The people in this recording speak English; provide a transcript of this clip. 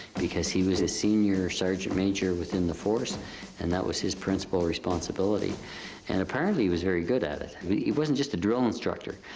because he was ah senior sargent-major within the force and that was his principal responsibility and apparently he was very good at it. he wasn't just a drill instructor.